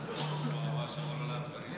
מירב בן ארי, אינה נוכחת.